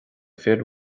fir